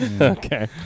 Okay